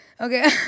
okay